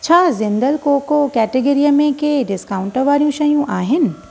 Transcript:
छा ज़िंदल कोको कैटेगिरीअ में के डिस्काउंट वारियूं शयूं आहिनि